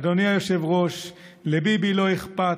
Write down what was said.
אדוני היושב-ראש, לביבי לא אכפת,